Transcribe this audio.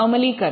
અમલીકરણ